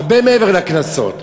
הרבה מעבר לקנסות.